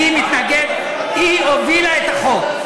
אני מתנגד, היא הובילה את החוק.